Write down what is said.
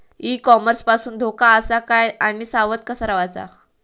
E commerce पासून धोको आसा काय आणि सावध कसा रवाचा?